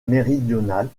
méridionale